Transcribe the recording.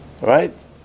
Right